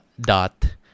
dot